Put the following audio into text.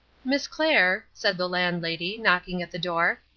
miss clair, said the landlady, knocking at the door,